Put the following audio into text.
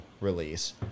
release